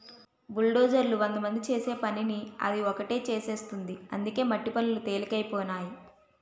బుల్డోజర్లు వందమంది చేసే పనిని అది ఒకటే చేసేస్తుంది అందుకే మట్టి పనులు తెలికైపోనాయి